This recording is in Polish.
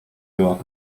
była